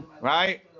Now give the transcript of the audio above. Right